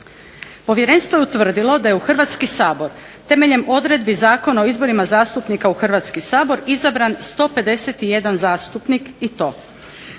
Povjerenstvo je utvrdilo da je u Hrvatski sabor temeljem odredbi Zakona o izborima zastupnika u Hrvatski sabor izabran 151 zastupnik i to: